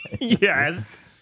Yes